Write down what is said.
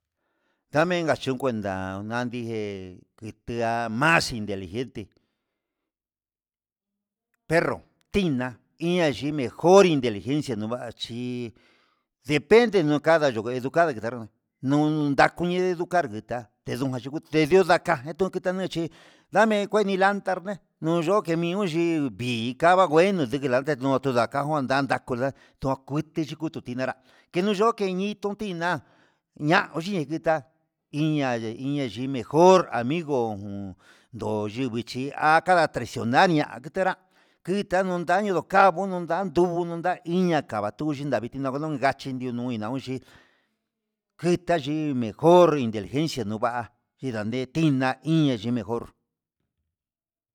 Ndamen ngachinkuenda nandijé kitia más inteligente perro tiná iyani mejor inteligencia nuvachi depende ndukada ndoko dukada nundami educar ditá ndedio ndakani tukita nunché, ndame kuenta landa ne'e tiyukui xhí kadangueno ndikilande no'o tudanta nguu nunda ndua kute yino chuchinerá kenoyo kinitón tiná ña'a nguchi nikita inñaye inñayi mejor amigo jun, ndo yii vichí ha cada traicional ya'a nokitonrá, kita ño'o kano kavo'o no'o, ndandunu ña'a iña kava'a tunyi navika navika yachí ndio nuina yuchí ketayi mejor inteligencia nuu va'a nindave tiná inya mejor.